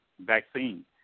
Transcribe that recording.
vaccine